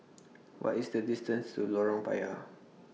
What IS The distance to Lorong Payah